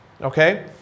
Okay